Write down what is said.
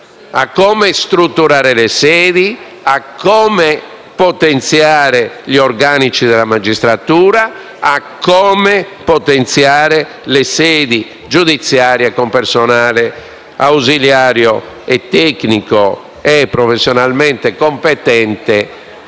a come strutturare le sedi, potenziare gli organici della magistratura, le sedi giudiziarie con personale ausiliario e tecnico professionalmente competente,